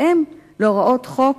בהתאם להוראות חוק